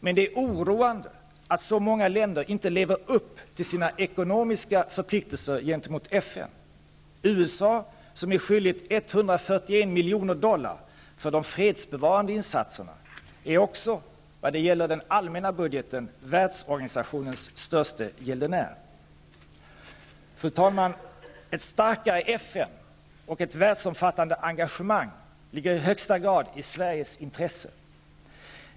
Men det är oroande att så många länder inte lever upp till sina ekonomiska förpliktelser gentemot FN. USA, som är skyldigt 141 miljoner US dollar för de fredsbevarande insatserna, är också vad gäller den allmänna budgeten världsorganisationens störste gäldenär. Fru talman! Ett starkare FN och ett världsomfattande engagemang ligger i högsta grad i Sveriges intresse.